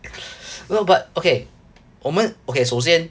no but okay 我们 okay 首先